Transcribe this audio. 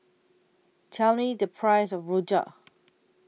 Tell Me The Price of Rojak